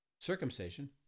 circumcision